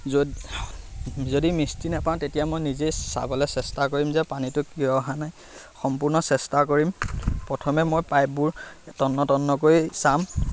যদি মিস্ত্ৰী নাপাওঁ তেতিয়া মই নিজেই চাবলৈ চেষ্টা কৰিম যে পানীটো কিয় অহা নাই সম্পূৰ্ণ চেষ্টা কৰিম প্ৰথমে মই পাইপবোৰ তন্ন তন্নকৈ চাম